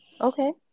Okay